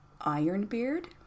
Ironbeard